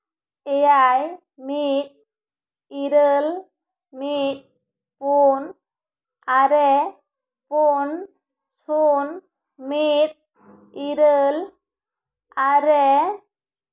ᱮᱭᱟᱭ ᱢᱤᱫ ᱤᱨᱟᱹᱞ ᱢᱤᱫ ᱯᱩᱱ ᱟᱨᱮ ᱯᱩᱱ ᱥᱩᱱ ᱢᱤᱫ ᱤᱨᱟᱹᱞ ᱟᱨᱮ